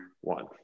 one